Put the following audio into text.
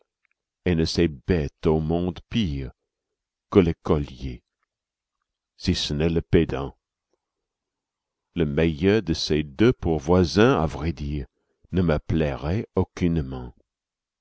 ne sais bête au monde pire que l'écolier si ce n'est le pédant le meilleur de ces deux pour voisin à vrai dire ne me plairait aucunement